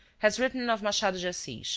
has written of machado de assis